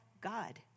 God